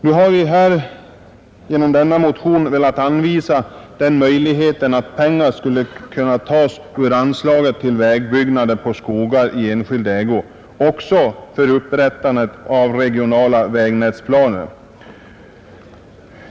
Nu har vi här genom denna motion velat anvisa den möjligheten att pengar också för upprättande av regionala vägnätsplaner skulle kunna tas ur anslaget till vägbyggnader på skogar i enskild ägo.